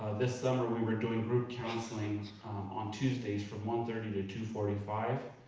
this summer we were doing group counseling on tuesdays from one thirty to two forty five,